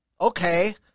okay